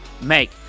make